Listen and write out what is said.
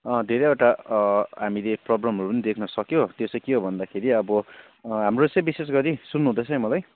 धेरैवटा हामीले प्रब्लमहरू पनि देख्न सक्यो त्यो चाहिँ के हो भन्दाखेरि अब हाम्रो चाहिँ विशेषगरी सुन्नुहुँदैछ है मलाई